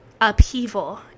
upheaval